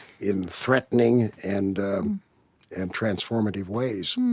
in threatening and and transformative ways